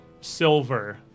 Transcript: silver